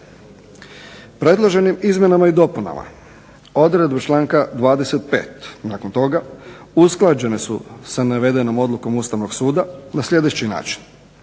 Predloženim izmjenama i dopunama odredbu članku 25., nakon toga usklađene su sa navedenom odlukom Ustavnog suda na sljedeći način: